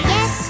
Yes